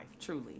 truly